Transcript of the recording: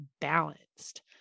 balanced